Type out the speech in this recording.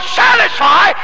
satisfy